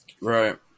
Right